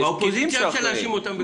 את האופוזיציה אי אפשר להאשים בכלום.